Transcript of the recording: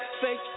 Fake